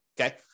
Okay